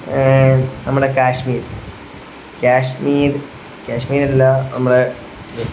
നമ്മുടെ കാശ്മീർ കാശ്മീർ കാശ്മീരല്ല നമ്മുടെ